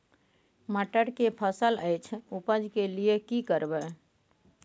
मटर के फसल अछि उपज के लिये की करबै?